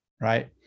right